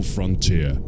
Frontier